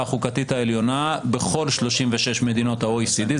החוקתית העליונה בכל 36 מדינות ה-OECD.